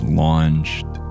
launched